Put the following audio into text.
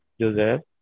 Joseph